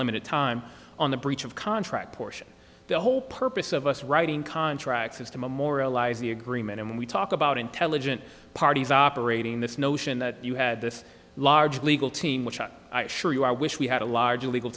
limited time on the breach of contract portion the whole purpose of us writing contracts is to memorialize the agreement and we talk about intelligent parties operating this notion that you had this large legal team which i assure you i wish we had a larger legal